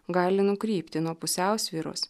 gali nukrypti nuo pusiausvyros